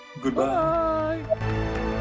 Goodbye